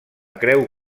creu